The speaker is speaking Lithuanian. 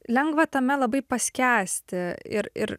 lengva tame labai paskęsti ir ir